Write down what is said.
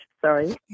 Sorry